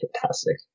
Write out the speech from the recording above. fantastic